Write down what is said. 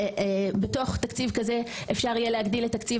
בתוך תקציב כזה יהיה אפשר להגדיל את תקציב